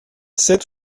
sept